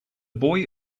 boy